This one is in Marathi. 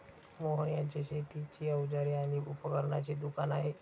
मोहन यांचे शेतीची अवजारे आणि उपकरणांचे दुकान आहे